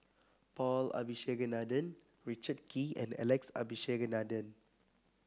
Paul Abisheganaden Richard Kee and Alex Abisheganaden